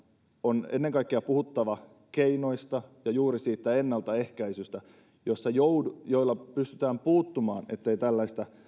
on ennen kaikkea puhuttava keinoista ja juuri siitä ennaltaehkäisystä jolla pystytään puuttumaan siihen ettei tällaista